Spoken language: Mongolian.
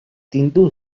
дэндүү